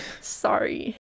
Sorry